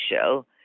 show